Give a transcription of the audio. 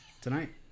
tonight